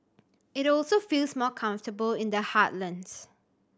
it also feels more comfortable in the heartlands